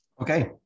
Okay